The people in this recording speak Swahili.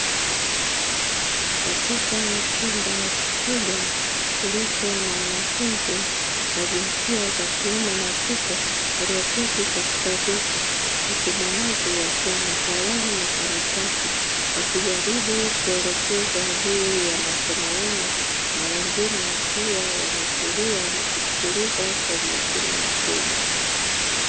Katika chumba kikubwa kilicho na wanafunzi wa jinsia za kiume na kike; walioketi katika viti huku baadhi wakiwa na kalamu na karatasi, wakijaribu kuelekeza juu ya masomo yao na wengine wakiwa wametulia na kusikiliza kwa umakini mkubwa.